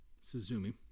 Suzumi